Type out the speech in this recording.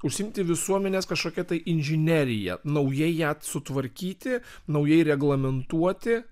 užsiimti visuomenės kažkokia tai inžinerija naujai ją sutvarkyti naujai reglamentuoti